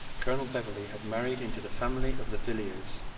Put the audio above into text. colonel beverley had married into the family of the villiers,